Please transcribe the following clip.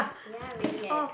ya really leh